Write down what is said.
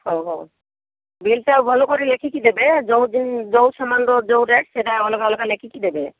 ହୋଉ ହୋଉ ବିଲ ଟା ଭଲ କରି ଲେଖିକି ଦେବେ ଯୋଉ ଦି ସାମାନ ର ଯୋଉ ରେଟ ସେଟା ଅଲଗା ଅଲଗା ଲେଖିକି ଦେବେ